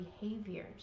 behaviors